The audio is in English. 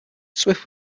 swift